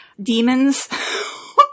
demons